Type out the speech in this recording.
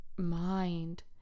mind